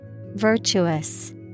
Virtuous